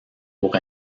pour